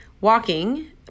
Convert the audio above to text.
walking